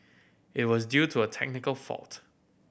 it was due to a technical fault